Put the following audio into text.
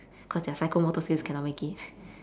cause their psychomotor skills cannot make it